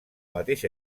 mateix